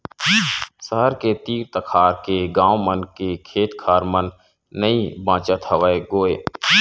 सहर के तीर तखार के गाँव मन के खेत खार मन नइ बाचत हवय गोय